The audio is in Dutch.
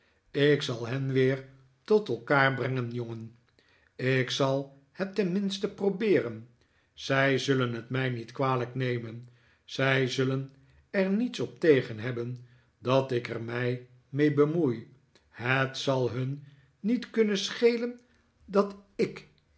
ik zal hen weer tot elkaar brengen jongen ik zal het tenminste probeeren zij zullen het mij niet kwalijk nemen zij zullen er niets op tegen hebben dat ik er mij mee bemoei het zal hun niet kunnen schelen dat i